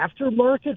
aftermarket